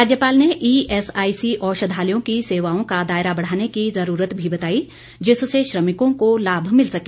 राज्यपाल ने ईएसआईसी औषधालयों की सेवाओं को दायरा बढ़ाने की जरूरत भी बताई जिससे श्रमिकों को लाभ मिल सके